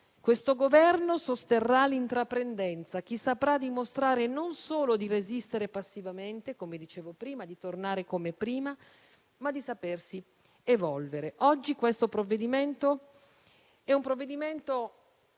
Il Governo sosterrà l'intraprendenza, cioè chi saprà dimostrare non solo di resistere passivamente, come dicevo prima, di tornare come prima, ma di sapersi evolvere. Il provvedimento oggi